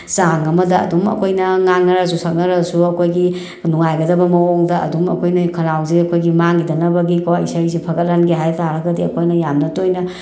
ꯆꯥꯡ ꯑꯃꯗ ꯑꯗꯨꯝ ꯑꯩꯈꯣꯏꯅ ꯉꯥꯡꯅꯔꯁꯨ ꯁꯛꯅꯔꯁꯨ ꯑꯩꯈꯣꯏꯒꯤ ꯅꯨꯡꯉꯥꯏꯒꯗꯕ ꯃꯑꯣꯡꯗ ꯑꯗꯨꯝ ꯑꯩꯈꯣꯏꯅ ꯈꯧꯅꯥꯎꯁꯦ ꯑꯩꯈꯣꯏꯒꯤ ꯃꯥꯡꯈꯤꯗꯅꯕꯒꯤꯀꯣ ꯏꯁꯩꯁꯦ ꯐꯒꯠꯍꯟꯒꯦ ꯍꯥꯏ ꯇꯥꯔꯒꯗꯤ ꯑꯩꯈꯣꯏꯅ ꯌꯥꯝ ꯇꯣꯏꯅ